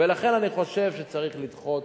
ולכן, אני חושב שצריך לדחות